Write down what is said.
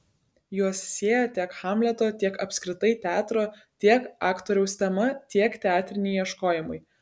juos sieja tiek hamleto tiek apskritai teatro tiek aktoriaus tema tiek teatriniai ieškojimai